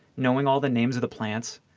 knowing all the names of the plants,